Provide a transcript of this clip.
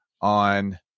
on